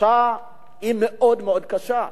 התחושה היא מאוד מאוד קשה,